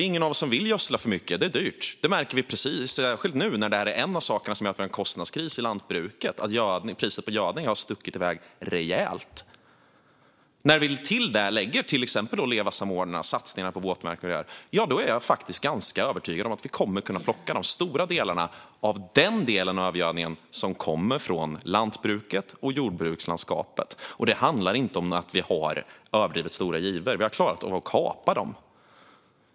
Ingen av oss vill gödsla för mycket. Det är dyrt. Det märker vi särskilt nu, när en av sakerna som gör att vi har en kostnadskris i lantbruket är att priset på gödning har stuckit iväg rejält. När vi till det lägger LEVA-samordnare, satsningar på våtmarker och så vidare är jag faktiskt ganska övertygad om att vi kommer att kunna plocka stora delar av den del av övergödningen som kommer från lantbruket och jordbrukslandskapet. Det handlar inte om att vi har överdrivet stora givor. Vi har klarat av att kapa dem.